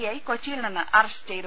I കൊച്ചിയിൽ നിന്ന് arrest ചെയ്തു